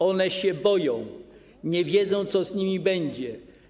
One się boją, nie wiedzą, co z nimi będzie.